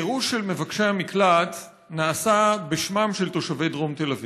הגירוש של מבקשי המקלט נעשה בשמם של תושבי דרום תל אביב,